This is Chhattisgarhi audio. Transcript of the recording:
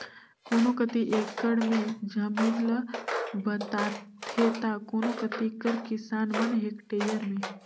कोनो कती एकड़ में जमीन ल बताथें ता कोनो कती कर किसान मन हेक्टेयर में